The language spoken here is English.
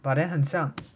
but then 很像